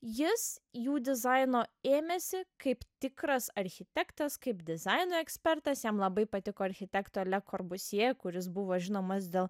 jis jų dizaino ėmėsi kaip tikras architektas kaip dizaino ekspertas jam labai patiko architekto le korbusije kuris buvo žinomas dėl